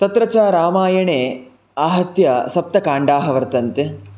तत्र च रामायणे आहत्य सप्तकाण्डाः वर्तन्ते